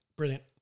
Brilliant